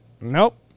nope